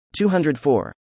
204